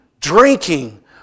drinking